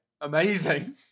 Amazing